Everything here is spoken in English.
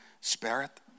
Spirit